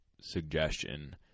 suggestion